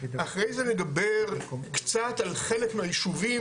אחרי זה נדבר קצת על חלק מהיישובים,